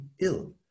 ill